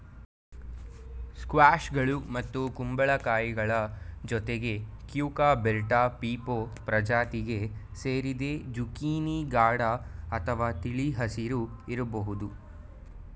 ಸ್ಕ್ವಾಷ್ಗಳು ಮತ್ತು ಕುಂಬಳಕಾಯಿಗಳ ಜೊತೆಗೆ ಕ್ಯೂಕರ್ಬಿಟಾ ಪೀಪೊ ಪ್ರಜಾತಿಗೆ ಸೇರಿದೆ ಜುಕೀನಿ ಗಾಢ ಅಥವಾ ತಿಳಿ ಹಸಿರು ಇರ್ಬೋದು